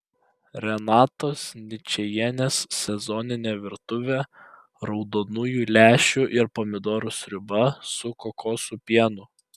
renatos ničajienės sezoninė virtuvė raudonųjų lęšių ir pomidorų sriuba su kokosų pienu